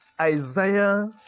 isaiah